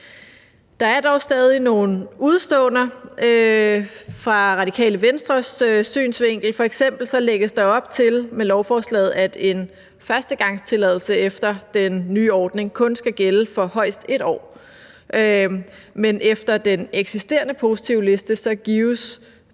Der er dog stadig nogle udeståender set ud fra Radikale Venstres synsvinkel. Med lovforslaget lægges der f.eks. op til, at en førstegangstilladelse efter den nye ordning kun skal gælde for højst 1 år, men efter den eksisterende positivliste gives